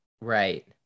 Right